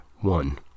one